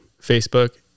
Facebook